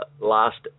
last